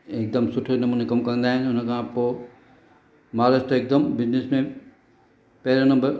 हिकु दम सुठे नमूने कमु कंदा आहिनि उन खां पोइ महाराष्ट्र हिकु दम बिज़निस में पहिरियों नंबरु